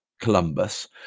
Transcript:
Columbus